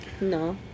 No